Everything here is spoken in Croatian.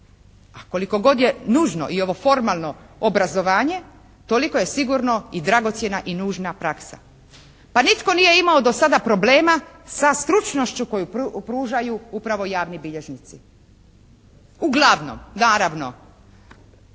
A koliko god je nužno i ovo formalno obrazovanje, toliko je sigurno i dragocjena i nužna praksa. Pa nitko nije imao do sada problema sa stručnošću koju pružaju upravo javni bilježnici. Uglavnom, naravno